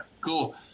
cool